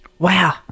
Wow